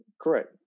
Correct